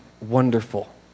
wonderful